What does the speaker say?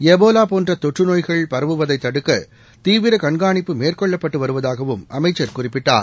Ebola போன்ற தொற்றுநோய்கள் பரவுவதைத் தடுக்க தீவிர கண்காணிப்பு மேற்கொள்ளப்பட்டு வருவதாகவும் அமைச்சர் குறிப்பிட்டார்